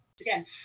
again